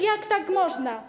Jak tak można?